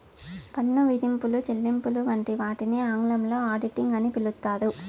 పన్ను విధింపులు, చెల్లింపులు వంటి వాటిని ఆంగ్లంలో ఆడిటింగ్ అని పిలుత్తారు